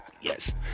yes